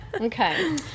Okay